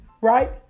Right